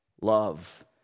love